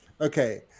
okay